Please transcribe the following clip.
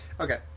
Okay